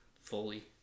fully